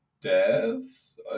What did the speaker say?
deaths